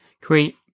create